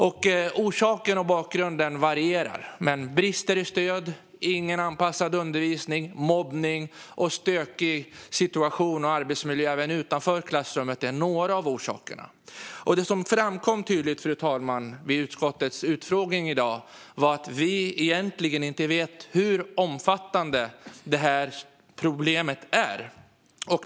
Orsaken och bakgrunden varierar, men brister i stöd, avsaknad av anpassad undervisning, mobbning samt en stökig situation och arbetsmiljö även utanför klassrummet är några av orsakerna. Det som framkom tydligt, fru talman, vid utskottets utfrågning i dag var att vi egentligen inte vet hur omfattande problemet är.